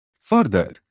Further